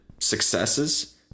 successes